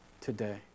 today